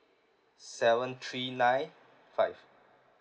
seven three nine five